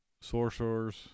sorcerers